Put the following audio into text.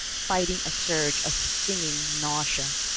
fighting a surge of stinging nausea.